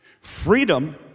Freedom